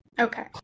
Okay